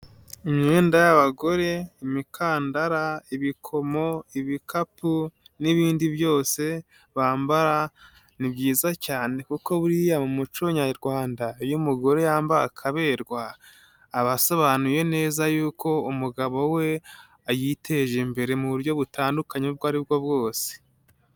Imyenda y'abagore imikandara, ibikomo, ibikapu n'ibindi byose bambara ni byiza cyane, kuko buriya mu muco nyarwanda iyo umugore yambaye akaberwa aba asobanuye neza y'uko umugabo we yiteje imbere mu buryo butandukanye ubwo aribwo bwose.